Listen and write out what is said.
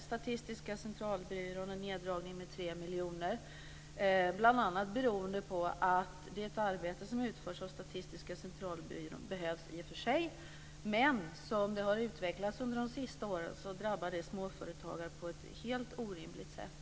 Statistiska centralbyrån får en neddragning med 3 miljoner. Detta beror bl.a. på att det arbete som utförs av Statistiska centralbyrån i och för sig behövs, men som det har utvecklats under de senaste åren så drabbar det småföretagare på ett helt orimligt sätt.